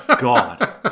God